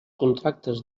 contractes